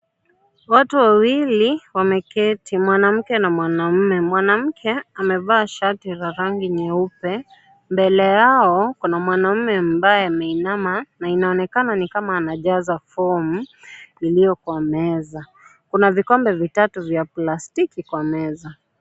Watu wawili wameketi, mwanamke na mwanaume. Mwanamke amevaa shati la rangi nyeupe. Mbele yao kuna mwanaume ambaye ameinama na inaonekana ni kama anajaza fomu iliyo kwa meza. Kuna vikombe vitatu vya plastiki iliyo kwa meza.